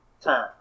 time